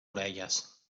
orelles